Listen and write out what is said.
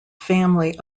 family